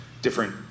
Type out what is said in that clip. Different